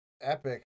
epic